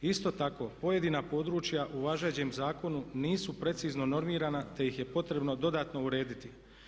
Isto tako pojedina područja u važećem zakonu nisu precizno normirana te ih je potrebno dodatno urediti.